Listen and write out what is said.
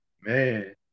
Man